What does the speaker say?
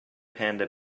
panda